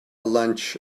lunch